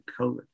covid